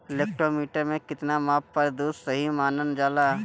Lactometer के कितना माप पर दुध सही मानन जाला?